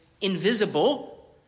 invisible